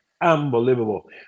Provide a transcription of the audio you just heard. unbelievable